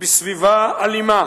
בסביבה אלימה,